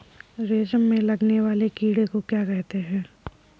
रेशम में लगने वाले कीड़े को क्या कहते हैं?